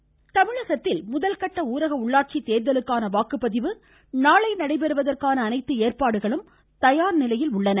ஊரக உள்ளாட்சி தேர்தல் தமிழகத்தில் முதற்கட்ட உளரக உள்ளாட்சித் தேர்தலுக்கான வாக்குப்பதிவு நாளை நடைபெறுவதற்கான அனைத்து ஏற்பாடுகளும் தயார்நிலையில் உள்ளன